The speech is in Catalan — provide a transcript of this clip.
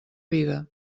vida